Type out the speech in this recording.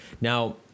Now